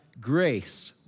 grace